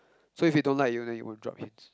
so if he don't like you then you won't drop hints